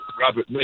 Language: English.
Robert